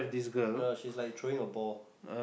uh she's like throwing a ball